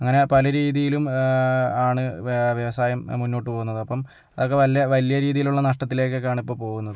അങ്ങനെ പല രീതിയിലും ആണ് വ്യവസായം മുന്നോട്ട് പോകുന്നത് അപ്പം അതൊക്കെ വലിയ വലിയ രീതിയിലുള്ള നഷ്ടത്തിലേക്കാണ് ഇപ്പം പോകുന്നത്